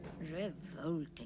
revolting